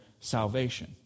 salvation